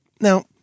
Now